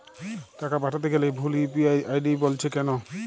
টাকা পাঠাতে গেলে ভুল ইউ.পি.আই আই.ডি বলছে কেনো?